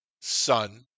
son